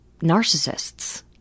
narcissists